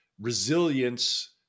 resilience